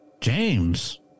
James